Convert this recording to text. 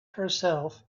herself